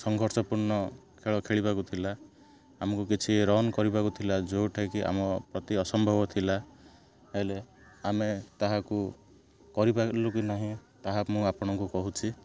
ସଂଘର୍ଷପୂର୍ଣ୍ଣ ଖେଳ ଖେଳିବାକୁ ଥିଲା ଆମକୁ କିଛି ରନ୍ କରିବାକୁ ଥିଲା ଯେଉଁଟାକି ଆମ ପ୍ରତି ଅସମ୍ଭବ ଥିଲା ହେଲେ ଆମେ ତାହାକୁ କରିପାରିଲୁ କି ନାହିଁ ତାହା ମୁଁ ଆପଣଙ୍କୁ କହୁଛି